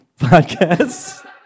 podcasts